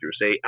say